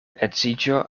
edziĝo